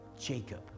Jacob